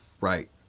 Right